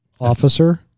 officer